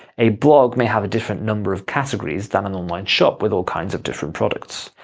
a blog may have a different number of categories than an online shop with all kinds of different products.